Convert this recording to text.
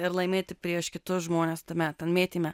ir laimėti prieš kitus žmones tame mėtyme